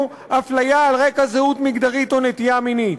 הפליה על רקע זהות מגדרית או נטייה מינית.